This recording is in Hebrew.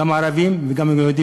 גם לערבים וגם ליהודים,